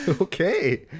Okay